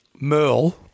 Merle